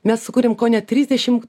mes sukūrėm kone trisdešim